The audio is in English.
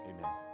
Amen